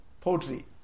poetry